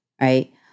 Right